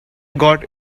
got